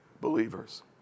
believers